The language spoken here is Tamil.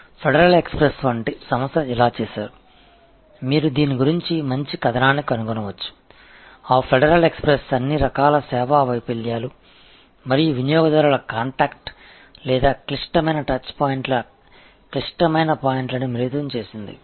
ஃபெடரல் எக்ஸ்பிரஸ் போன்ற சில சந்தர்ப்பங்களில் இதைச் செய்தீர்கள் மீண்டும் நீங்கள் இதைப் பற்றிய நல்ல கட்டுரையைக் காணலாம் அந்த ஃபெடரல் எக்ஸ்பிரஸ் பல்வேறு வகையான சர்வீஸ் தோல்வி நிகழ்வுகள் அல்லது கஸ்டமர் தொடர்பின் முக்கியமான புள்ளிகள் அல்லது முக்கியமான தொடு புள்ளிகளை இணைத்தது